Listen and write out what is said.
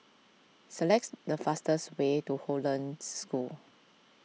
selects the fastest way to Hollandse School